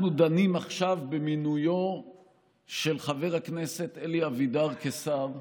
אנחנו דנים עכשיו במינויו של חבר הכנסת אלי אבידר לשר,